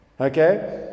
Okay